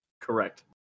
Correct